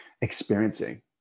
experiencing